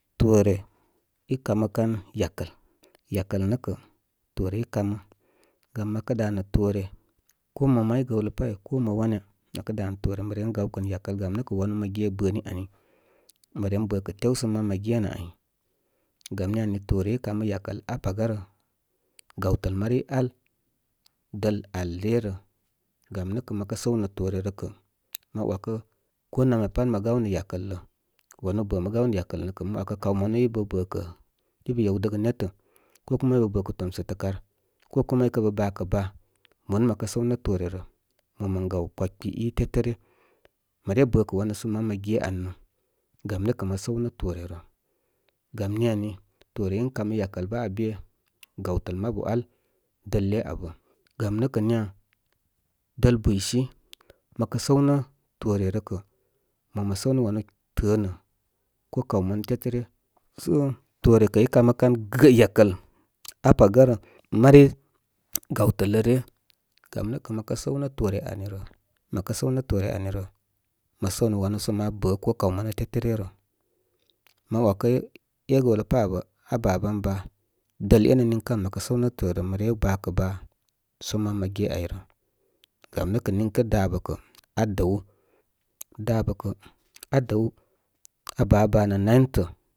Toore í kkam kan yakət, yakəl nə’ kə̀ toore í kamə. Gam məkə danə̀ toore, ko mo may gəwləpā ko mo wan ya, mə kə danə’ toore mə ren gawkə nə̀ yakəl. Gam nə kə̀ wanu mə ge bəní aui, mə ren bə̀ kə̀ tew sə man mə ge nə áy. Gam ní aui toore í kamə yakəl aa paga rə. Gawtəl mari ál dəl de le re, gam nə’ kə̀ mə kə səw nə̀ toore rə, kə̀ ma wakə, ko nam ya pat mə gawnə̀, yakəl ləo wanu bə mə gaw nə’ yakəl lə nə’ kə̀ mə wakə kaw manu í bə’ bə’ ka’, í bə yawdəgə, netə ko kūma í bə’ bə̀ kə̀ tomsətə kar ko kuma í bə bakə̀ baa ḿo nə mə kə səwnə̀ toore re, mo mən gaw kwakfi í tétə’ ryə. Mə re bə̀ kə̀ wanu sə man mə ge anə gam nə’ kə̀ mə səw nə’ toore rə. Gam ni aui toore in kamə yakəl bə abe. Gamnə’ kə niya ɗl buysi məkə səw nə toore rə kə̍, mo mə səw nə̍ wanu tə̀ə̀ nə̀ ko kaw manu tétə́ ryə. So, toore ke’ i kamə kam yakəl aa paga re. Mari gawtəl rə ryə. Gam nə kə’ mə kə səw nə’ too re amì rə. Məkə səw nə’ too re amí rə, məkə səw nə’ too re amí rə, məsəw nə’ wanu səma bə ko kaw manu tétə’ ryə rə. Ma wakə e’ ga’wla’ pa’ aa baban baa. Dəl e’ na’ niŋkə āl məkə səw nə’ toore rə, mə re bakə baa man mə ge áy rə. Gam nə kə̀ niŋ kə dá ɓə kə aa dəw, dábə kə̀ adəw, aa ba baa nə nantə.